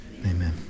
Amen